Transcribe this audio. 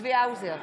צבי האוזר,